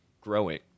growing